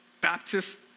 Baptist